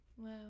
Wow